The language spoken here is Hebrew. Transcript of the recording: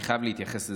אני חייב להתייחס לזה,